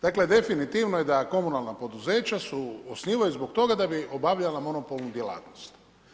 Dakle, definitivno je da komunalna poduzeća se osnivaju zbog toga da bi obavljala monopolnu djelatnost.